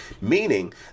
meaning